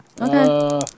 Okay